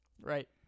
Right